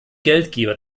geldgeber